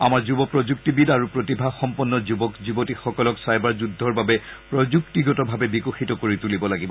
আমাৰ যুৱ প্ৰযুক্তিবিদ আৰু প্ৰতিভাসম্পন্ন যুৱক যুৱতীসকলক চাইবাৰ যুদ্ধৰ বাবে প্ৰযুক্তিগতভাৱে বিকশিত কৰি তুলিব লাগিব